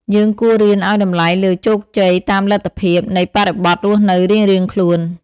យើងគួររៀនឱ្យតម្លៃលើ "ជោគជ័យតាមលទ្ធភាព" នៃបរិបទរស់នៅរៀងៗខ្លួន។